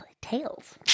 Tails